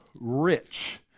rich